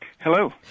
Hello